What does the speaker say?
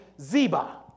Ziba